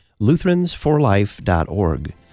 lutheransforlife.org